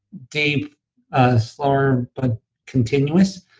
deep ah slower, but continuous.